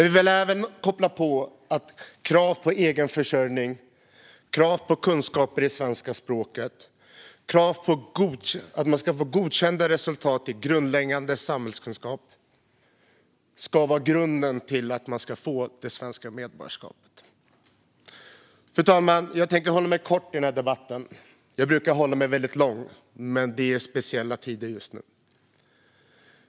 Vi vill även koppla på krav på egenförsörjning, krav på kunskaper i svenska språket och krav på godkända resultat i grundläggande samhällskunskap. Det ska vara grunden för att få svenskt medborgarskap. Fru talman! Jag tänker fatta mig kort i den här debatten. Jag brukar tala mycket längre, men det är speciella tider just nu.